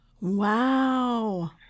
Wow